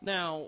Now